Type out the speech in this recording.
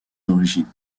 origines